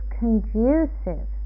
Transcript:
conducive